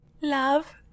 love